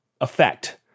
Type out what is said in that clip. effect